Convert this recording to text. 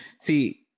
see